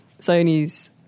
Sony's